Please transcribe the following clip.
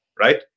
Right